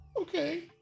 Okay